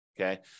Okay